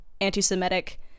anti-semitic